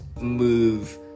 move